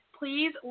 please